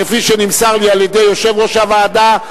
כפי שנמסר לי על-ידי יושב-ראש הוועדה,